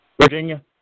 Virginia